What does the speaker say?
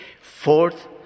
Fourth